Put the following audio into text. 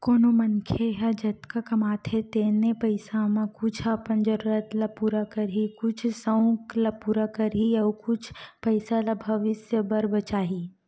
कोनो मनखे ह जतका कमाथे तेने पइसा म कुछ अपन जरूरत ल पूरा करही, कुछ सउक ल पूरा करही अउ कुछ पइसा ल भविस्य बर बचाही